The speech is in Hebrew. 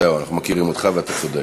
זהו, אנחנו מכירים אותך ואתה צודק.